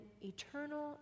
eternal